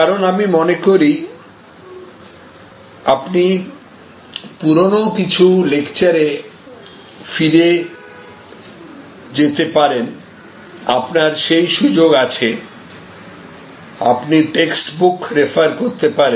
কারণ আমি মনে করি আপনি পুরনো কিছু লেকচারে ফিরে যেতে পারেন আপনার সেই সুযোগ আছে আপনি টেক্সটবুক রেফার করতে পারেন